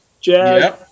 jazz